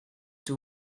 two